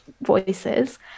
voices